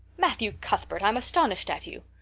matthew cuthbert, i'm astonished at you.